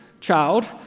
child